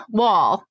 wall